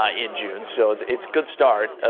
ah in june so it's it's good start. ah